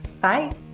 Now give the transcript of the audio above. Bye